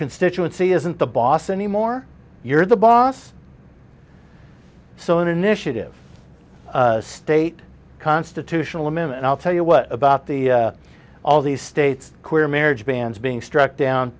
constituency isn't the boss anymore you're the boss so an initiative state constitutional i'm in and i'll tell you what about the all these states queer marriage bans being struck down